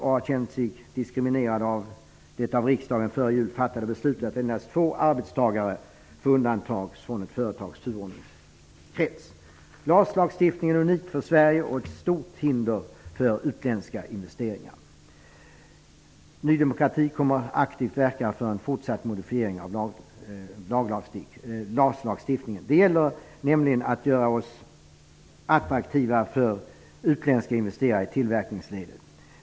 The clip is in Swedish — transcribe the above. De har känt sig diskriminerade av det av riksdagen före jul fattade beslutet att endast två arbetstagare får undantas från ett företags turordningskrets. LAS är unik för Sverige och ett stort hinder för utländska investeringar. Ny demokrati kommer att aktivt verka för en fortsätt modifiering av LAS. Det gäller att göra oss attraktiva för utländska investerare i tillverkningsleden.